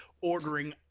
Ordering